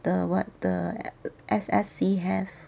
the what the S_S_C have